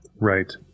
Right